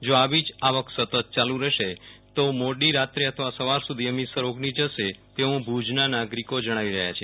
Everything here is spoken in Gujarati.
જો આવી જ આવક સતત ચાલુ રહેશે તો મોડી રાત્રે અથવા સવાર સુધી હમીરસર ઓગની જશે તેવું ભુજના નાગરીકો જણાવી રહ્યા છે